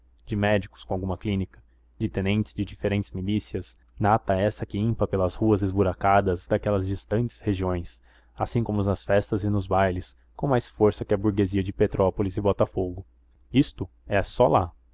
de médicos com alguma clínica de tenentes de diferentes milícias nata essa que impa pelas ruas esburacadas daquelas distantes regiões assim como nas festas e nos bailes com mais força que a burguesia de petrópolis e botafogo isto é só lá